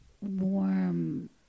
warm